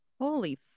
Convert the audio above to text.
Holy